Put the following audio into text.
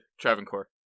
Travancore